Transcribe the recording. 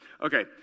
Okay